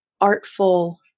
artful